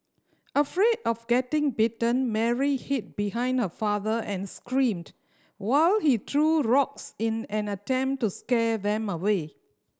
afraid of getting bitten Mary hid behind her father and screamed while he threw rocks in an attempt to scare them away